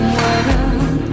world